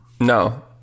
No